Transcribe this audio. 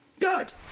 Good